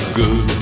good